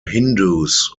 hindus